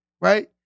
right